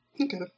Okay